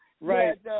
Right